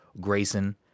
Grayson